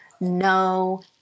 no